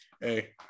hey